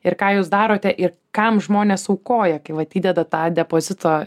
ir ką jūs darote ir kam žmonės aukoja kai vat įdeda tą depozito